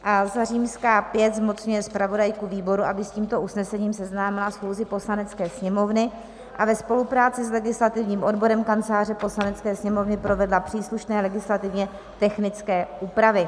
V. zmocňuje zpravodajku výboru, aby s tímto usnesením seznámila schůzi Poslanecké sněmovny a ve spolupráci s legislativním odborem Kanceláře Poslanecké sněmovny provedla příslušné legislativně technické úpravy.